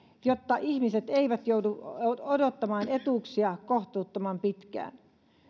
jotta ihmiset eivät joudu odottamaan etuuksia kohtuuttoman pitkään